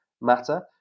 matter